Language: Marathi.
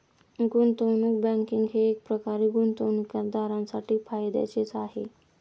गुंतवणूक बँकिंग हे एकप्रकारे गुंतवणूकदारांसाठी फायद्याचेच आहे